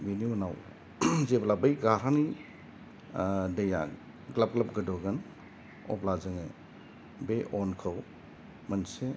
बेनि उनाव जेब्ला बै घारानि दैया ग्लाब ग्लाब गोदौगोन अब्ला जोङो बे अनखौ मोनसे